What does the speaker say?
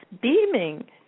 beaming